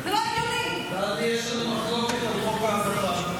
לא היה צריך לכונן את חוק ההדחה.